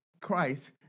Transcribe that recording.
Christ